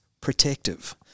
protective